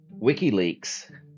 WikiLeaks